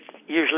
usually